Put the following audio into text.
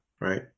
right